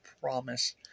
promise